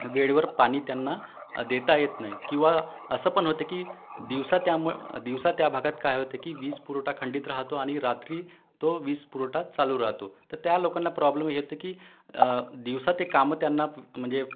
वेळेवर पाणी त्यांना देता येत नाही किंवा असं पण होतं की दिवसा त्याम दिवसा त्या भागात काय होतं की वीज पुरवठा खंडित राहतो आणि रात्री तो वीज पुरवठा चालू राहतो तर त्या लोकांना प्रॉब्लेम हे येतं की दिवसा ते कामं त्यांना म्हणजे